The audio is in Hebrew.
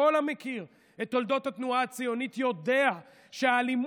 כל המכיר את תולדות התנועה הציונית יודע שהאלימות,